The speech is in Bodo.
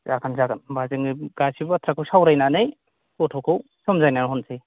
जागोन जागोन होनबा जोङो गासिबो बाथ्राखौ सावरायनानै गथ'खौ सोमजायनानै हरसै